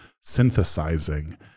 synthesizing